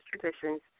traditions